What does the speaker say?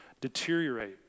deteriorate